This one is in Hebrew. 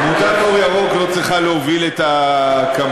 עמותת "אור ירוק" לא צריכה להוביל את הקמפיינים,